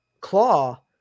claw